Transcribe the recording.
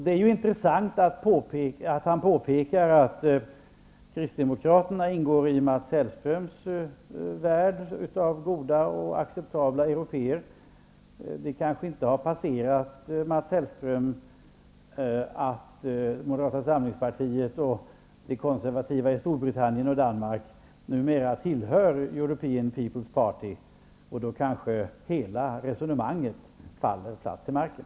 Det är intressant att Mats Hellström påpekar att kristdemokraterna ingår i hans värld av goda och acceptabla européer. Det kanske inte har passerat Mats Hellström att Moderata samlingspartiet och de konservativa i Storbritannien och i Danmark numera tillhör European People's Party. Då kanske hela resonemanget faller platt till marken.